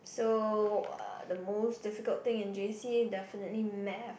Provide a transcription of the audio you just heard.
so uh the most difficult thing in J_C definitely math